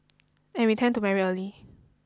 and we tend to marry early